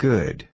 Good